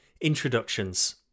Introductions